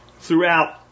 throughout